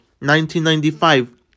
1995